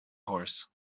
horse